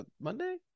Monday